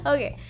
Okay